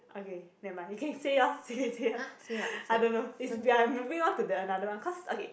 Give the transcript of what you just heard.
okay never mind you can say yours say yours I don't know ya we are moving on to the another one cause okay